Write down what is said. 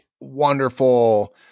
wonderful